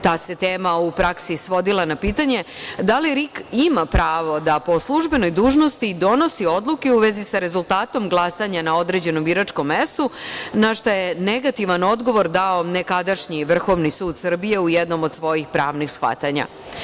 Ta se tema u praksi svodila na pitanje da li RIK ima pravo da po službenoj dužnosti donosi odluke u vezi sa rezultatom glasanja na određenom biračkom mestu, na šta je negativan odgovor dao nekadašnji Vrhovni sud Srbije u jednom od svojih pravnih shvatanja.